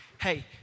hey